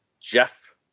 Jeff